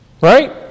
Right